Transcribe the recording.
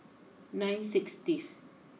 nine sixtieth